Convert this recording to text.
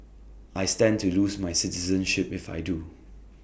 I stand to lose my citizenship if I do